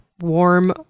warm